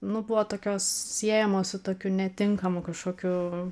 nu buvo tokios siejamos su tokiu netinkamu kažkokiu